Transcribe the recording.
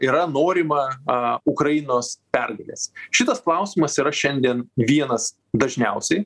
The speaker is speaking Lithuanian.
yra norima a ukrainos pergalės šitas klausimas yra šiandien vienas dažniausiai